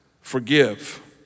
forgive